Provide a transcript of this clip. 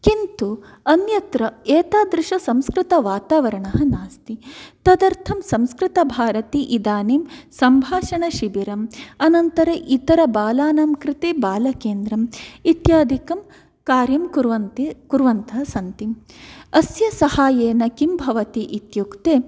किन्तु अन्यत्र एतादृशसंस्कृतवातावरणं नास्ति तदर्थं संस्कृतभारती इदानीं सम्भाषणशिबिरम् अनन्तरम् इतर बालानां कृते बालकेन्द्रम् इत्यादिकं कार्यं कुर्वन्ति कुर्वन्तः सन्ति अस्य साहाय्येन किं भवति इत्युक्ते